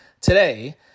today